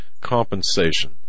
compensation